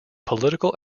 political